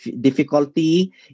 difficulty